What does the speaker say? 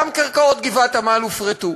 גם קרקעות גבעת-עמל הופרטו,